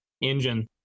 engine